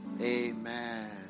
amen